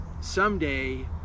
someday